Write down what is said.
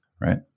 right